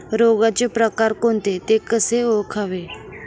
रोगाचे प्रकार कोणते? ते कसे ओळखावे?